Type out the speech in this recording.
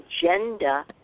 agenda